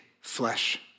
flesh